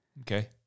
Okay